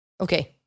Okay